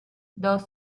dos